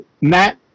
Matt